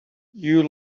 you